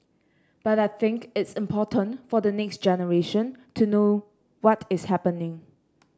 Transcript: but I think it's important for the next generation to know what is happening